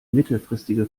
mittelfristige